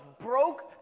broke